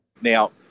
Now